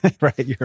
right